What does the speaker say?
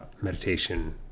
meditation